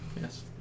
Yes